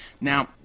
Now